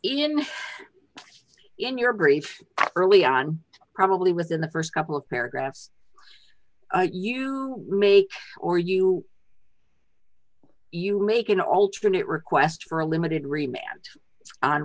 in in your brief early on probably within the st couple of paragraphs you make or you you make an alternate request for a limited remit on